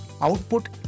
output